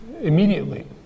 immediately